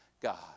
God